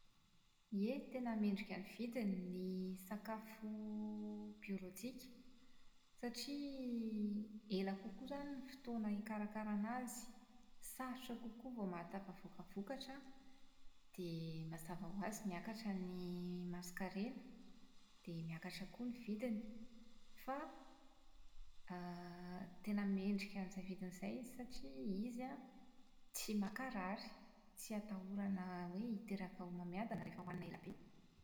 Ie, tena mendrika ny vidiny ny sakafo biolojika satria ela kokoa izany ny fotoana hikarakarana azy, sarotra kokoa vao mahatafavoaka vokatra dia mazava ho azy miakatra ny masonkarena dia miakatra koa ny vidiny, fa > tena mendrika an'izay vidiny izay izy satria izy an, tsy mankarary, tsy atahorana hoe miteraka homamiadana rehefa hohanina ela be.